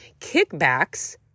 kickbacks